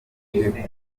benshi